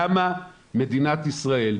למה מדינת ישראל,